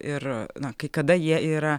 ir na kai kada jie yra